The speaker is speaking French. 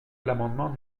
l’amendement